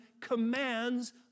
commands